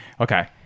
okay